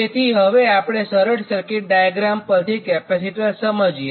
તેથી હવે આપણે સરળ સર્કિટ ડાયાગ્રામ પરથી સિરિઝ કેપેસિટર સમજીએ